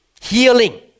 healing